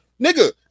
nigga